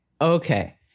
okay